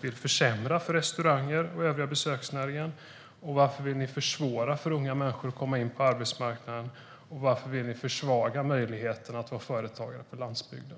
vill försämra för restauranger och övriga besöksnäringen. Varför vill ni försvåra för unga människor att komma in på arbetsmarknaden, och varför vill ni försvaga möjligheten att vara företagare på landsbygden?